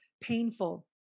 painful